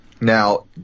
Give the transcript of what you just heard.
Now